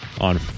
on